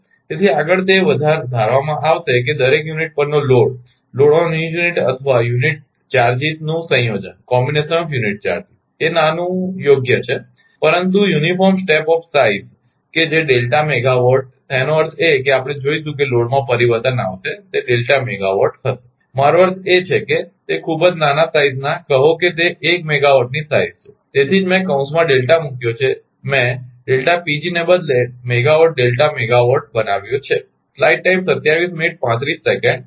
તેથી આગળ તે ધારવામાં આવશે કે દરેક યુનિટ પરનો લોડ અથવા યુનિટ ચાર્જિસનું સંયોજન એ યોગ્ય નાનું છે પરંતુ યુનિફોર્મ સ્ટેપ ઓફ સાઇઝ કે જે ડેલ્ટા મેગાવાટ એનો અર્થ એ કે આપણે જોઈશું કે લોડમાં પરિવર્તન આવશે તે ડેલ્ટા મેગાવાટ હશે મારો અર્થ એ છે કે તે ખૂબ જ નાના સાઇઝ્ના કહો કે તે 1 મેગાવાટ ની સાઇઝ છે તેથી જ મેં કૌંસમાં ડેલ્ટા મૂક્યો છે મેં ને બદલે મેગાવાટ ડેલ્ટા મેગાવાટ બનાવ્યો છે